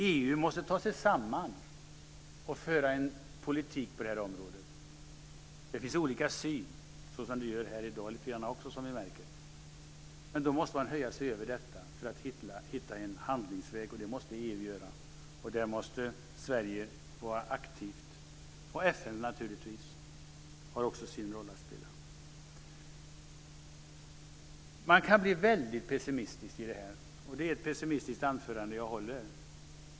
EU måste ta sig samman och föra en politik på det här området. Det finns olika syn, som det gör här i dag också, som ni märker. Men då måste man höja sig över detta för att hitta en handlingsväg. Det måste EU göra, och där måste Sverige vara aktivt. FN har naturligtvis också sin roll att spela. Man kan bli väldigt pessimistisk i det här, och det är ett pessimistiskt anförande jag håller.